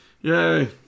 Yay